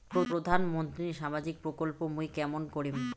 প্রধান মন্ত্রীর সামাজিক প্রকল্প মুই কেমন করিম?